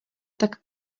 tak